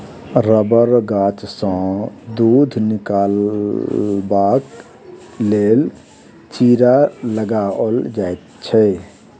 रबड़ गाछसँ दूध निकालबाक लेल चीरा लगाओल जाइत छै